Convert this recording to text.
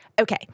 Okay